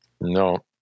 no